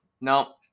No